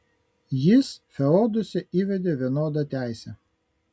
jis feoduose įvedė vienodą teisę